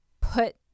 put